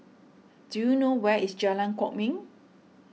do you know where is Jalan Kwok Min